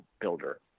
builder